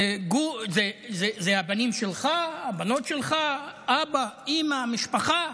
אלה הבנים שלך, הבנות שלך, אבא, אימא, משפחה.